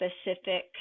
specific